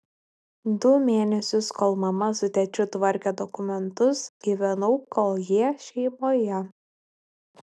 du mėnesius kol mama su tėčiu tvarkė dokumentus gyvenau koljė šeimoje